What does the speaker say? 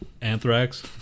anthrax